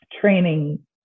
training